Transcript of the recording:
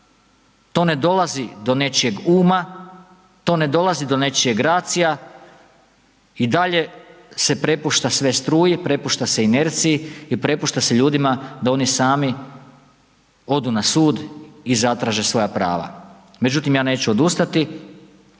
to ne dolazi do nečijeg uma, to ne dolazi do nečijeg .../Govornik se ne razumije./... i dalje se prepušta sve struji, prepušta se inerciji i prepušta se ljudima da oni sami odu na sud i zatraže svoja prava. Međutim, ja neću odustati,